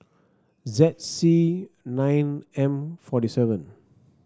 Z C nine M forty seven